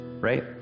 Right